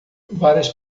várias